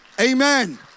Amen